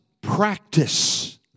practice